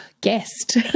guest